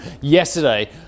yesterday